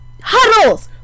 Huddles